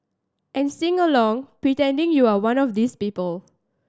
and sing along pretending you're one of these people